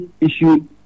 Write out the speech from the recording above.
issue